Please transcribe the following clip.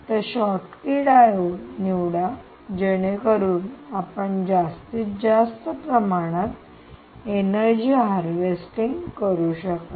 तर Schottky diode निवडा जेणेकरून आपण जास्तीत जास्त प्रमाणात एनर्जी हार्वेस्टिंग करू शकाल